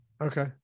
okay